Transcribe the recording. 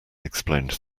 explained